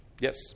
Yes